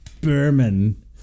Berman